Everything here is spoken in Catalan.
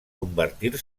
convertir